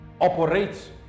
operates